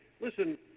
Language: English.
Listen